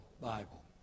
Bible